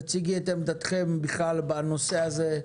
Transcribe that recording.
תציגי את עמדתכם בנושא הזה: